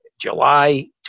July